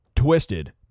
Twisted